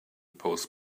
post